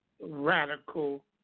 radical